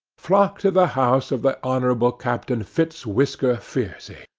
flock to the house of the honourable captain fitz-whisker fiercy,